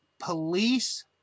police